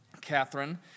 Catherine